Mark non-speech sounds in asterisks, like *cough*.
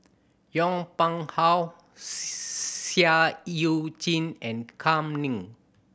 Yong Pung How *unintelligible* Seah Eu Chin and Kam Ning